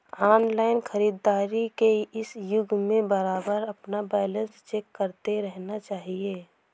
online खरीदारी के इस युग में बारबार अपना बैलेंस चेक करते रहना चाहिए